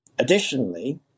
Additionally